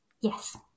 Yes